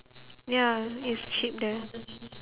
ya it's cheap there